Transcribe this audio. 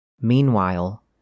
Meanwhile